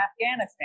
Afghanistan